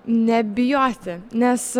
nebijoti nes